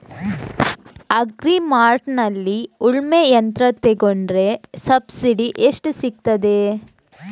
Agri ಮಾರ್ಟ್ನಲ್ಲಿ ಉಳ್ಮೆ ಯಂತ್ರ ತೆಕೊಂಡ್ರೆ ಸಬ್ಸಿಡಿ ಎಷ್ಟು ಸಿಕ್ತಾದೆ?